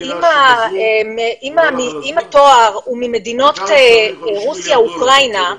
אם התואר הוא ממדינות רוסיה ואוקראינה,